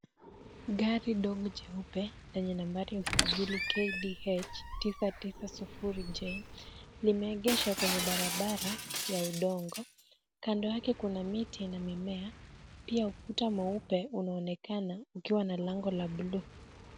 Gari dogo jeupe lenye nambari ya usajili KDH990J, limeegeshwa kwenye barabara ya udongo. Kando yake kuna miti na mimea, pia ukuta mweupe unaonekana ukiwa na lango la buluu.